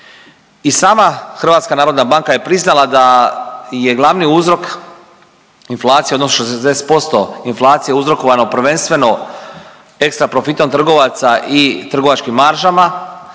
I sama HNB je priznala da je glavni uzrok inflacije odnosno 60% inflacije uzrokovano prvenstveno ekstra profitom trgovaca i trgovačkim maržama,